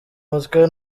mutwe